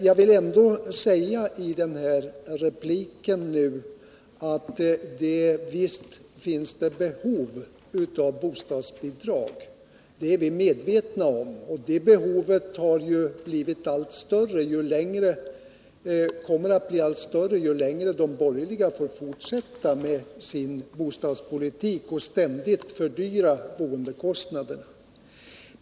Jag vill ändå i denna replik framhålla att vi visst är medvetna om att det finns behov av bostadsbidrag. Det behovet kommer att bli allt större ju längre de borgerliga får fortsätta med sin bostadspolitik och ständigt höja boendekostnaderna.